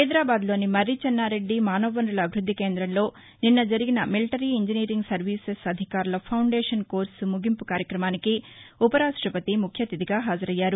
హైదరాబాద్లోని మరిచెన్నారెడ్డి మానవ వనరుల అభివృద్ది కేంధంలో నిన్న జరిగిన మిలటరీ ఇంజనీరింగ్ సర్వీసెస్ ఎంఈఎస్ అధికారుల ఫౌందేషన్ కోర్సు ముగింపు కార్యక్రమానికి ఉపరాష్టపతి ముఖ్యఅతిథిగా హాజరయ్యారు